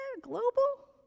Global